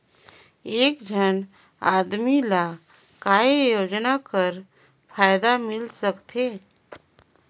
एक झन आदमी ला काय योजना कर फायदा मिल सकथे?